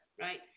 right